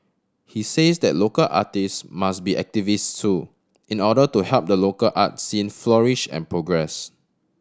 he says that local artist must be activists so in order to help the local art scene flourish and progress